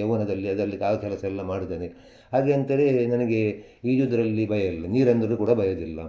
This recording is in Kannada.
ಯೌವನದಲ್ಲಿ ಅದರಲ್ಲಿ ಆ ಕೆಲಸ ಎಲ್ಲ ಮಾಡಿದ್ದೇನೆ ಹಾಗೆ ಅಂತೇಳಿ ನನಗೆ ಈಜುವುದ್ರಲ್ಲಿ ಭಯ ಇಲ್ಲ ನೀರಂದ್ರು ಕೂಡ ಭಯವಿಲ್ಲ